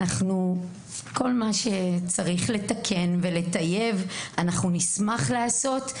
כל מה שצריך לתקן ולטייב אנחנו נשמח לעשות,